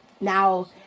Now